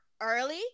early